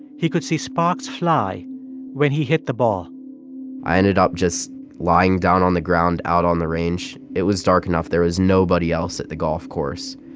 he could see sparks fly when he hit the ball i ended up just lying down on the ground out on the range. it was dark enough. there was nobody else the golf course.